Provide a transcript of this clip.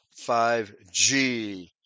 5G